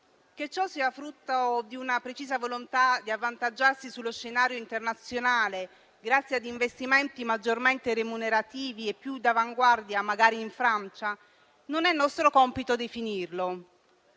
Che ciò sia frutto di una precisa volontà di avvantaggiarsi sullo scenario internazionale grazie ad investimenti maggiormente remunerativi e più d'avanguardia, magari in Francia, non è nostro compito definirlo.